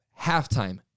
halftime